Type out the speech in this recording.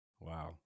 Wow